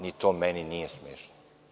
Ni to meni nije smešno.